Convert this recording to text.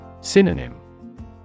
Synonym